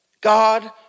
God